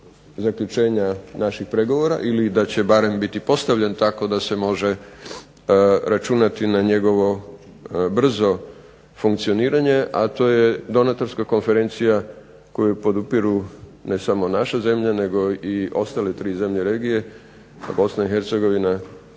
naših pregovora, ili da će barem biti postavljen tako da se može računati na njegovo brzo funkcioniranje, a to je donatorska konferencija koju podupiru ne samo naša zemlja, nego i ostale tri zemlje regije Bosna i Hercegovina,